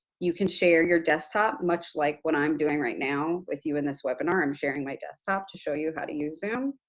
you can share your desktop, much like what i'm doing right now with you in this webinar, i'm sharing my desktop to show you how to use zoom.